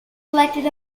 elected